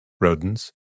rodents